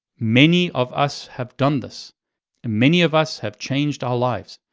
many of us have done this, and many of us have changed our lives.